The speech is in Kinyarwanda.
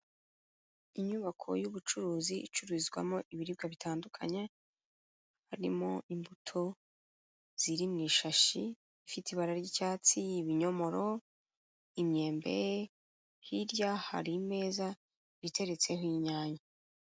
Inyubako y'ubucuruzi icururizwamo ibiribwa bitandukanye, harimo imbuto ziri mu ishashi ifite ibara ry'icyatsi, ibinyomoro, imyembe, hirya hari imeza iteretseho inyanya.